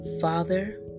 Father